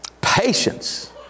Patience